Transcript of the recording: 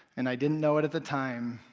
and i didn't know it at the time,